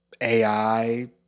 ai